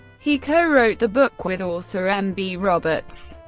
he co-wrote the book with author m. b. roberts.